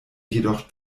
jedoch